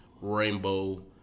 rainbow